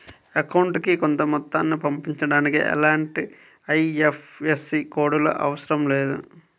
అకౌంటుకి కొంత మొత్తాన్ని పంపించడానికి ఎలాంటి ఐఎఫ్ఎస్సి కోడ్ లు అవసరం లేదు